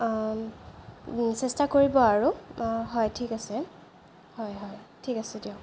চেষ্টা কৰিব আৰু ঠিক আছে হয় হয় ঠিক আছে দিয়ক